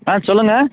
ஆ சொல்லுங்க